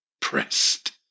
pressed